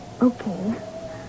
Okay